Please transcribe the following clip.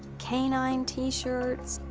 canine t-shirts,